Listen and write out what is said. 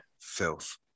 Filth